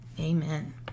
Amen